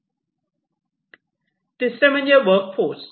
तिसरे म्हणजे work force